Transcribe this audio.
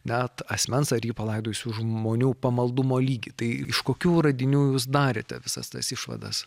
net asmens ar jį palaidosių žmonių pamaldumo lygį tai iš kokių radinių jūs darėte visas tas išvadas